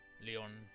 Leon